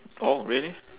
oh really